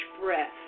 breath